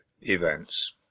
events